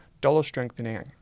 dollar-strengthening